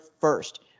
first